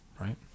right